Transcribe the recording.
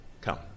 Come